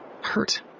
Hurt